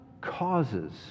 causes